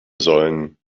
sollen